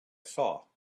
saw